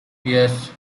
yes